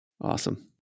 Awesome